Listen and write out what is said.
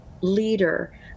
leader